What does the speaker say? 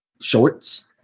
shorts